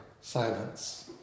silence